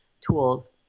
tools